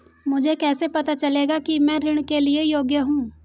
मुझे कैसे पता चलेगा कि मैं ऋण के लिए योग्य हूँ?